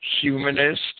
humanist